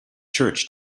church